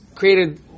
created